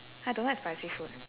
I don't like spicy food